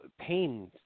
pain